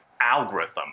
algorithm